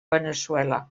veneçuela